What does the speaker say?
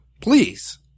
Please